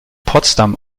potsdam